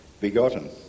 begotten